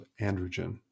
androgen